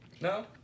No